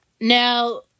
Now